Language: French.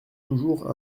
toujours